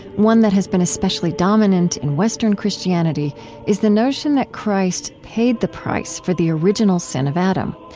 one that has been especially dominant in western christianity is the notion that christ paid the price for the original sin of adam.